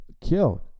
killed